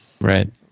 Right